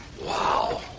Wow